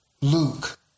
Luke